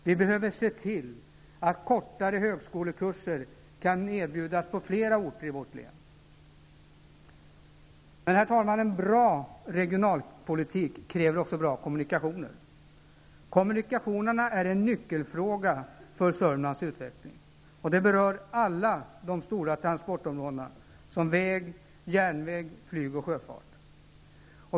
Vi behöver se till att kortare högskolekurser kan erbjudas på flera orter i vårt län. Herr talman! En bra regionalpolitik kräver också bra kommunikationer. Kommunikationerna är en nyckelfråga för Sörmlands utveckling. Det berör alla de stora transportområdena väg, järnväg, flyg och sjöfart.